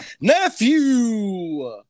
Nephew